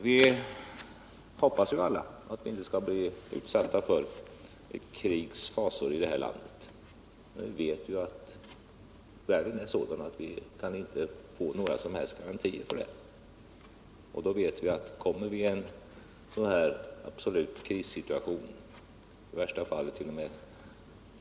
Vi hoppas ju alla att vi inte skall bli utsatta för ett krigs fasor i det här landet, men vi vet att världen är sådan att vi inte kan få några som helst garantier för det. Kommer vi i en sådan absolut krissituation, i värsta fallt.o.m.